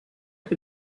can